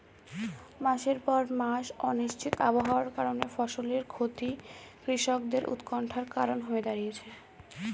মাসের পর মাস অনিশ্চিত আবহাওয়ার কারণে ফসলের ক্ষতি কৃষকদের উৎকন্ঠার কারণ হয়ে দাঁড়িয়েছে